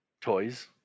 toys